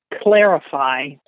clarify